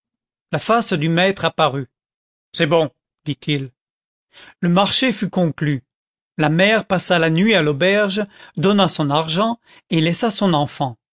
la face du maître apparut c'est bon dit-il le marché fut conclu la mère passa la nuit à l'auberge donna son argent et laissa son enfant